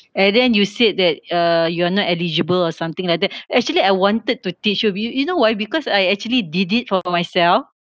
and then you said that uh you're not eligible or something like that actually I wanted to teach you you you know why because I actually did it for myself